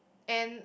and